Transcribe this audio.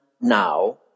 now